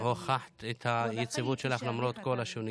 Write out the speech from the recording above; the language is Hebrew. הוכחת את היציבות שלך למרות כל השוני